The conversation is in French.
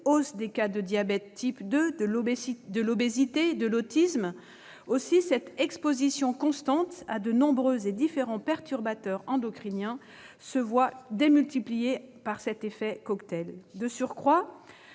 hausse des cas de diabète de type 2, de l'obésité et de l'autisme »? Les effets d'une exposition constante à de nombreux et différents perturbateurs endocriniens sont en outre démultipliés par cet effet « cocktail ». De surcroît,